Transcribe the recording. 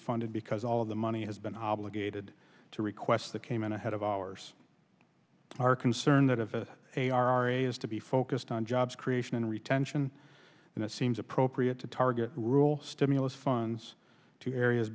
funded because all of the money has been obligated to requests that came in ahead of ours are concerned that if a a r a is to be focused on job creation and retention and it seems appropriate to target rule stimulus funds to areas